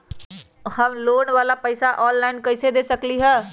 हम लोन वाला पैसा ऑनलाइन कईसे दे सकेलि ह?